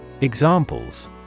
Examples